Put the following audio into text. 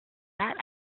that